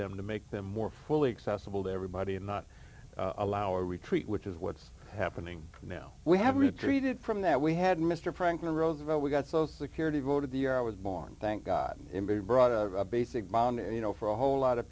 them to make them more fully accessible to everybody and not allow a retreat which is what it's happening now we have retreated from that we had mr franklin roosevelt we got so security voted the year i was born thank god brought a basic bond and you know for a whole lot of